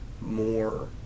more